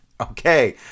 okay